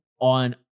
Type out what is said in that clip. on